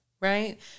right